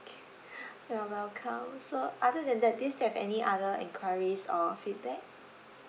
okay you're welcome so other than that do you still have any other enquiries or feedback